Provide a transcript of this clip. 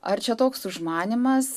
ar čia toks užmanymas